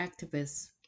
activists